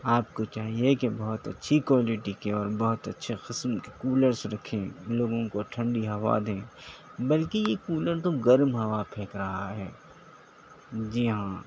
آپ کو چاہیے کہ بہت اچھی کوالٹی کی اور بہت اچھے خسم کے کولرس رکھیں لوگوں کو ٹھنڈی ہوا دیں بلکہ یہ کولر تو گرم ہوا پھینک رہا ہے جی ہاں